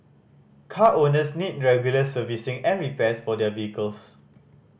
car owners need regular servicing and repairs for their vehicles